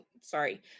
sorry